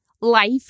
life